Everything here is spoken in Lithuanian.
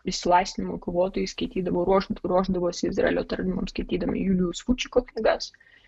išsilaisvinimo kovotojai skaitydavo ruoš ruošdavosi izraelio tardymas skaitydami julijaus fučiko knygas